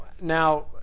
now